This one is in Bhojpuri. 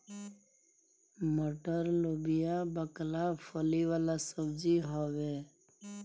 मटर, लोबिया, बकला फली वाला सब्जी हवे